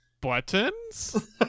Buttons